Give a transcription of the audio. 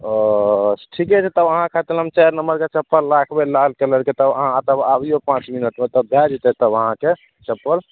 ओ ठीके छै तब अहाँ खातिर हम चारि नम्बरके चप्पल राखबय लाल कलरके तब अहाँ तब आबियौ पाँच मिनटमे तब भए जेतय तब अहाँके चप्पल